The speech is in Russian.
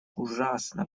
ужасно